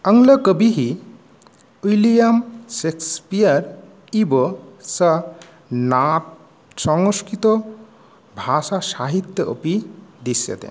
अन्यकविः William Shakespeare इव सः न संस्कृतभाषासाहित्ये अपि दृश्यते